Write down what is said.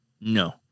No